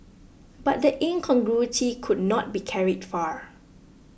but the incongruity could not be carried far